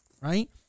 Right